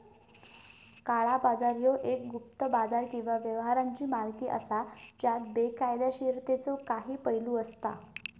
काळा बाजार ह्यो एक गुप्त बाजार किंवा व्यवहारांची मालिका असा ज्यात बेकायदोशीरतेचो काही पैलू असता